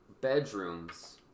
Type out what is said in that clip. bedrooms